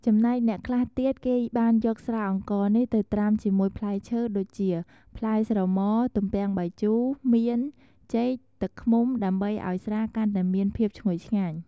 ចំណែកអ្នកខ្លះទៀតគេបានយកស្រាអង្ករនេះទៅត្រាំជាមួយផ្លែឈើដូចជា ផ្លែស្រម៉ ទំពាំងបាយជូរ មាន ចេក ទឹកឃ្មុំដើម្បីឲ្យស្រាកាន់តែមានភាពឈ្ងុយឆ្ងាញ់។